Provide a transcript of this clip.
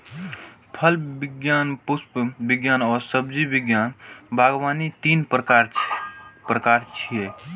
फल विज्ञान, पुष्प विज्ञान आ सब्जी विज्ञान बागवानी तीन प्रकार छियै